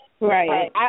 Right